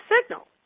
signal